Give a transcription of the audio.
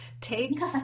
takes